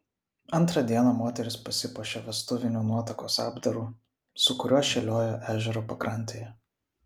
antrą dieną moteris pasipuošė vestuviniu nuotakos apdaru su kuriuo šėliojo ežero pakrantėje